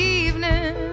evening